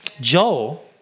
Joel